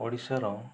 ଓଡ଼ିଶାର